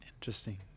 interesting